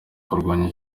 kurwanya